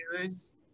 use